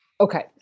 Okay